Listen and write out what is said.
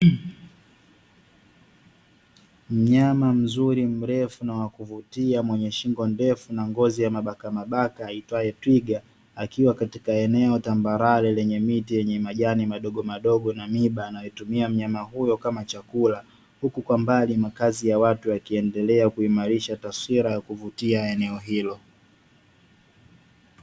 Mnyama mzuri mrefu na wa kuvutia mwenye shingo ndefu na ngozi ya mabaka mabaka aitwaye twiga akiwa katika eneo tambarale lenye miti yenye majani madogo madogo na miba anayotumia mnyama huyo kama chakula, huku kwa mbali makazi ya watu yakiendelea kuimarisha taswira ya kuvutia ya eneo hilo.